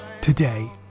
today